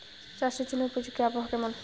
চাষের জন্য উপযোগী আবহাওয়া কেমন?